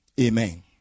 Amen